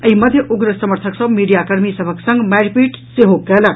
एहि मध्य उग्र समर्थक सभ मीडियाकर्मी सभक संग मारिपीट सेहो कयलक